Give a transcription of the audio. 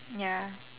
ya